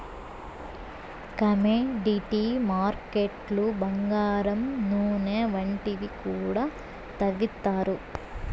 commodity మార్కెట్లు బంగారం నూనె వంటివి కూడా తవ్విత్తారు